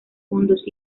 fondos